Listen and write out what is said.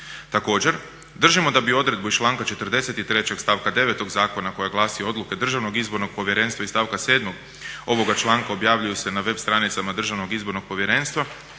Također, držimo da bi odredbu iz članka 43. stavka 9. zakona koja glasi odluke Državnog izbornog povjerenstva iz stavka 7. ovoga članka objavljuju se na web stranicama Državnog izbornog povjerenstva,